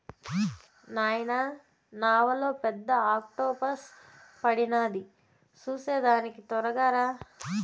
నాయనా నావలో పెద్ద ఆక్టోపస్ పడినాది చూసేదానికి తొరగా రా